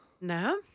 No